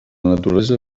naturalesa